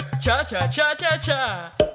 cha-cha-cha-cha-cha